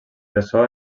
ressò